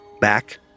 back